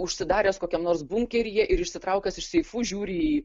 užsidaręs kokiam nors bunkeryje ir išsitraukęs iš seifų žiūri į